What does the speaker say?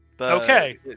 Okay